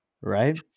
Right